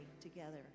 together